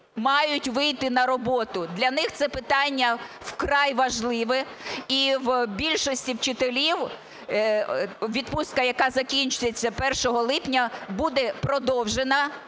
мають вийти на роботу. Для них це питання вкрай важливе, і в більшості вчителів відпустка, яка закінчується 1 липня, буде продовжена